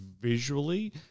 visually